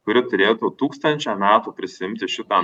kuri turėtų tūkstančiam metų prisiimti šitą